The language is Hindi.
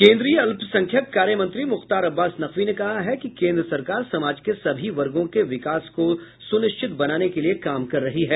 केन्द्रीय अल्पसंख्यक कार्य मंत्री मुख्तार अब्बास नकवी ने कहा है कि केन्द्र सरकार समाज के सभी वर्गों के विकास को सुनिश्चित बनाने के लिए काम कर रही है